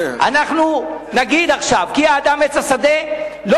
אנחנו נגיד עכשיו: "כי האדם עץ השדה" לא